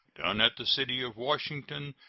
done at the city of washington,